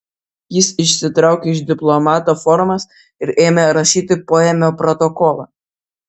jis išsitraukė iš diplomato formas ir ėmė rašyti poėmio protokolą